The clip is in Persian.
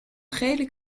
خیلی